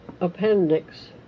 Appendix